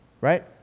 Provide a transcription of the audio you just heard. right